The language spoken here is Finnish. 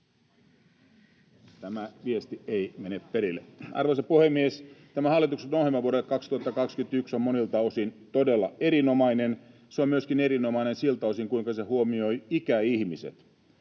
Tämä viesti ei mene perille. Arvoisa puhemies! Tämä hallituksen ohjelma vuodelle 2021 on monilta osin todella erinomainen. Se on erinomainen myöskin siltä osin, kuinka se huomioi ikäihmiset.